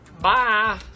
Bye